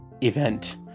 event